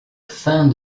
fin